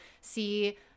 see